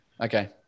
Okay